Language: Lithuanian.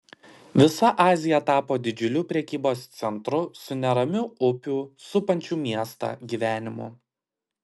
visa azija tapo didžiuliu prekybos centru su neramiu upių supančių miestą gyvenimu